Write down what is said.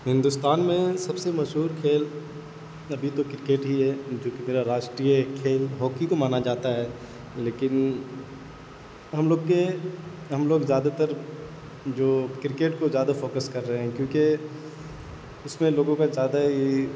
ہندوستان میں سب سے مشہور کھیل ابھی تو کرکٹ ہی ہے جو کہ میرا راشٹریے کھیل ہاکی کو مانا جاتا ہے لیکن ہم لوگ کے ہم لوگ زیادہ تر جو کرکٹ کو زیادہ فوکس کر رہے ہیں کیونکہ اس میں لوگوں کا زیادہ ہی